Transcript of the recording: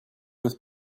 with